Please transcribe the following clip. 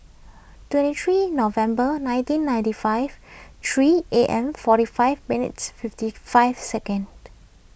twenty three November nineteen ninety five three A M forty five minutes fifty five second